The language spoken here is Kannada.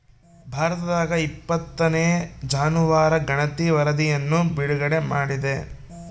ಭಾರತದಾಗಇಪ್ಪತ್ತನೇ ಜಾನುವಾರು ಗಣತಿ ವರಧಿಯನ್ನು ಬಿಡುಗಡೆ ಮಾಡಿದೆ